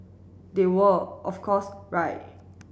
they were of course right